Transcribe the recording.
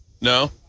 No